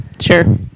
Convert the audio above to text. sure